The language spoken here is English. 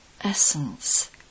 Essence